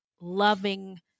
loving